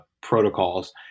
protocols